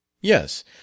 Yes